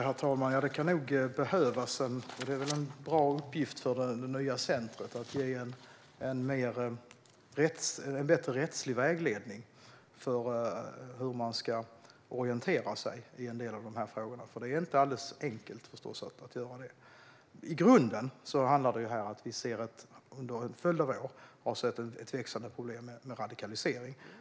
Herr talman! Det är en väl en bra uppgift för det nya centrumet att ge en bättre rättslig vägledning för hur man ska orientera sig i en del av dessa frågor, för det är förstås inte alldeles enkelt att göra det. I grunden handlar detta om att vi under en följd av år har sett ett växande problem med radikalisering.